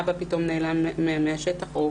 אבא פתאום נעלם מהשטח, או